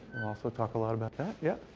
so talk a lot about that. yep.